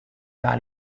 par